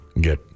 get